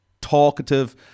talkative